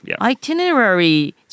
Itinerary